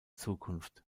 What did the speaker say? zukunft